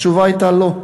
התשובה הייתה: לא.